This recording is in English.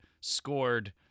scored